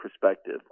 perspective